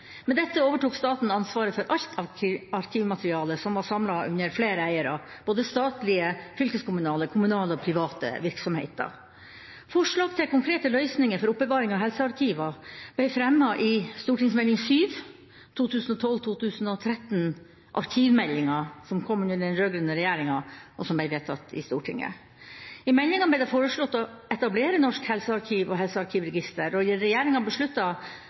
Med dette overtok staten ansvaret for alt arkivmateriale som var samlet under flere eiere – både statlige, fylkeskommunale, kommunale og private virksomheter. Forslag til konkrete løsninger for oppbevaring av helsearkiver ble fremmet i Meld. St. 7 for 2012–2013, arkivmeldinga, som kom under den rød-grønne regjeringa, og som ble vedtatt i Stortinget. I meldinga ble det foreslått å etablere Norsk helsearkiv og Helsearkivregisteret, og regjeringa